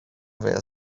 were